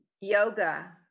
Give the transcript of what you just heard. yoga